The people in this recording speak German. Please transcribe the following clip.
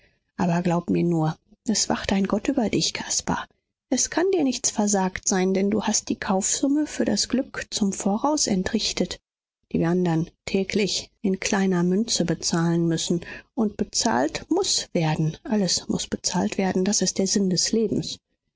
aber glaube mir nur es wacht ein gott über dir caspar es kann dir nichts versagt sein denn du hast die kaufsumme für das glück zum voraus entrichtet die wir andern täglich in kleiner münze bezahlen müssen und bezahlt muß werden alles muß bezahlt werden das ist der sinn des lebens